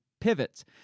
pivots